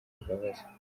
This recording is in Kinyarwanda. ibabaza